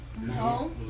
No